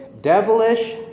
devilish